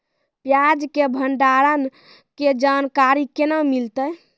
प्याज के भंडारण के जानकारी केना मिलतै?